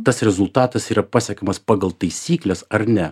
tas rezultatas yra pasiekiamas pagal taisykles ar ne